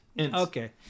Okay